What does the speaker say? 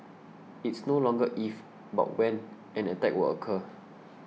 it's no longer if but when an attack would occur